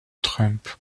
trump